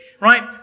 Right